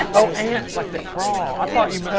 and oh, ants like they crawl. i thought you